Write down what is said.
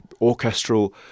orchestral